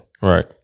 right